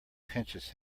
pinches